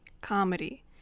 comedy